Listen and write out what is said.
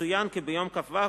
יצוין כי ביום כ"ו